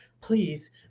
please